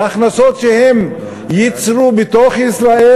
בהכנסות שהן יצרו בתוך ישראל,